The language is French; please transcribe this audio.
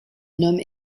nomme